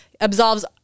absolves